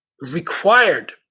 required